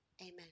Amen